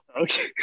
Okay